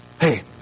Hey